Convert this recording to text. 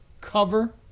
cover